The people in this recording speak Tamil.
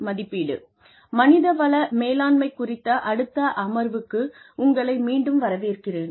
மனித வள மேலாண்மை குறித்த அடுத்த அமர்வுக்கு உங்களை மீண்டும் வரவேற்கிறேன்